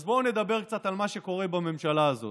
אז בואו נדבר קצת על מה שקורה בממשלה הזאת.